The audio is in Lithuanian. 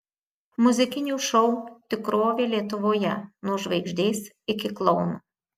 muzikinių šou tikrovė lietuvoje nuo žvaigždės iki klouno